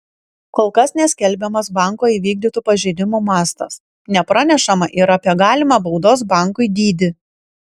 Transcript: kol kas neskelbiamas banko įvykdytų pažeidimų mastas nepranešama ir apie galimą baudos bankui dydį